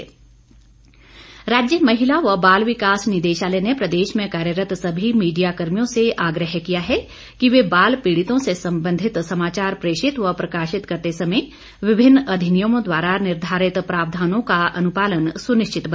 आग्रह राज्य महिला व बाल विकास निदेशालय ने प्रदेश में कार्यरत सभी मीडियाकर्मियों से आग्रह किया है कि वे बाल पीड़ितों से संबंधित समाचार प्रेषित व प्रकाशित करते समय विभिन्न अधिनियमों द्वारा निर्धारित प्रावधानों का अनुपालन सुनिश्चित बनाएं